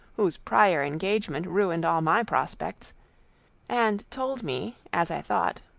whose prior engagement ruined all my prospects and told me, as i thought,